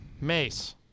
Mace